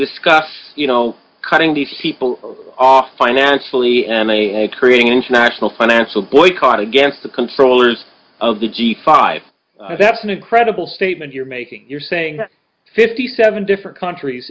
discuss you know cutting these people off financially and they creating an international financial boycott against the controllers of the g five that's an incredible statement you're making you're saying fifty seven different countries